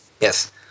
Yes